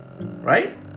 Right